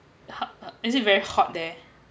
hard uh is it very hot there